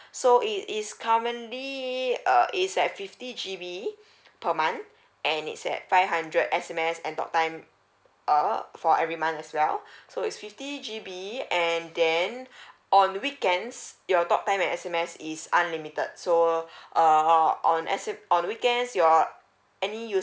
so it is currently uh is at fifty G_B per month and it's at five hundred S_M_S and talk time uh for every month as well so is fifty G_B and then on weekends your talk time and S_M_S is unlimited so uh on let say on weekends your any